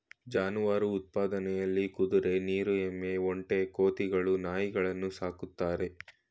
ಜಾನುವಾರು ಉತ್ಪಾದನೆಲಿ ಕುದ್ರೆ ನೀರ್ ಎಮ್ಮೆ ಒಂಟೆ ಕೋತಿಗಳು ನಾಯಿಗಳನ್ನು ಸಾಕ್ತಾರೆ